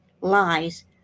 lies